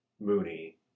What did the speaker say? Mooney